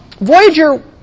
Voyager